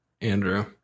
Andrew